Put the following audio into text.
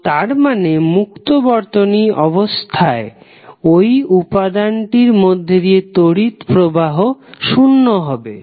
তো তারমানে মুক্ত বর্তনী অবস্থায় ওই উপাদান্তির মধ্যে দিয়ে তড়িৎ প্রবাহ শূন্য হবে